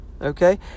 Okay